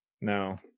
No